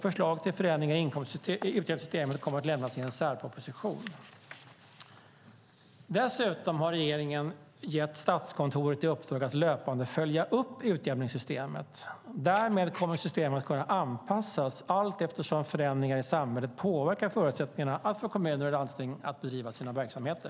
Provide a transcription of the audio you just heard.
Förslag till förändringar i utjämningssystemet kommer att lämnas i en särproposition. Dessutom har regeringen gett Statskontoret i uppdrag att löpande följa upp utjämningssystemet. Därmed kommer systemet att kunna anpassas allteftersom förändringar i samhället påverkar förutsättningarna för kommuner och landsting att bedriva sina verksamheter.